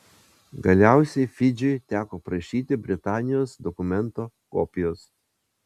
galiausiai fidžiui teko prašyti britanijos dokumento kopijos